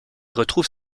retrouve